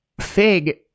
Fig